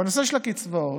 בנושא הקצבאות,